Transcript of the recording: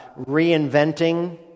Reinventing